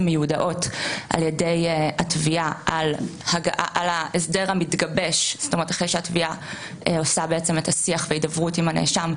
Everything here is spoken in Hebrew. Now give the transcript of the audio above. אחרי שהתביעה עושה את השיח וההידברות עם הנאשם,